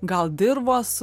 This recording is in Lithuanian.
gal dirvos